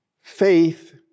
Faith